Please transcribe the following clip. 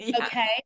Okay